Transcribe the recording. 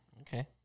Okay